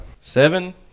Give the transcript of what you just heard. Seven